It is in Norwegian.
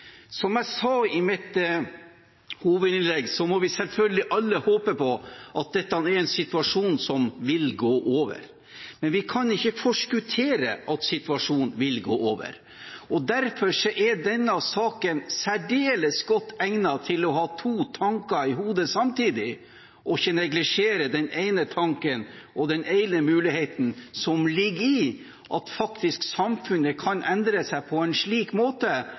Som jeg sa i mitt hovedinnlegg, må vi selvfølgelig alle håpe på at dette er en situasjon som vil gå over, men vi kan ikke forskuttere at situasjonen vil gå over. Derfor er denne saken særdeles godt egnet til å ha to tanker i hodet samtidig, og ikke neglisjere den ene tanken og den ene muligheten som ligger i at samfunnet faktisk kan endre seg på en slik måte